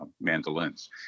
mandolins